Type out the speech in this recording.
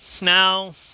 Now